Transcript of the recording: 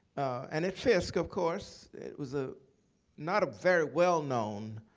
and at fisk, of course, it was a not a very well-known